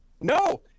No